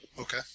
Okay